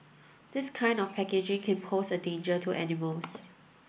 this kind of packaging can pose a danger to animals